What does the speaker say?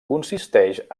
consisteix